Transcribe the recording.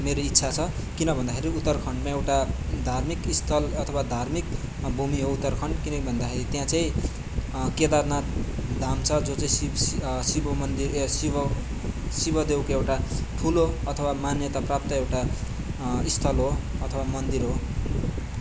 मेरो इच्छा छ किन भन्दाखेरि उत्तरखण्डमा एउटा धार्मिक स्थल अथवा धार्मिक भूमि हो उत्तरखण्ड किन भन्दाखेरि त्यहाँ चाहिँ केदारनाथ धाम छ जो चाहिँ शिव शिवमन्दिर शिव शिवदेवको एउटा ठुलो अथवा मान्यता प्राप्त एउटा स्थल हो अथवा मन्दिर हो